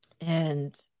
and-